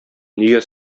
нигә